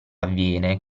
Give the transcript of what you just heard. avviene